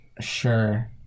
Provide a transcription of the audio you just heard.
Sure